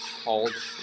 Called